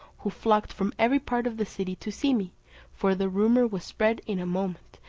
who flocked from every part of the city to see me for the rumour was spread in a moment,